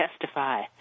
testify